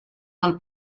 del